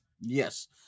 Yes